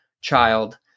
child